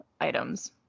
items